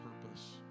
purpose